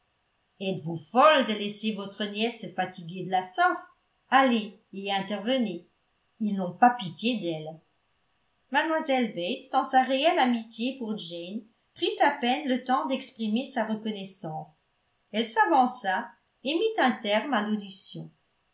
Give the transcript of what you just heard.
êtes-vous folle de laisser votre nièce se fatiguer de la sorte allez et intervenez ils n'ont pas pitié d'elle mlle bates dans sa réelle amitié pour jane prit à peine le temps d'exprimer sa reconnaissance elle s'avança et mit un terme à l'audition